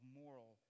moral